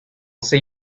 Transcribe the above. see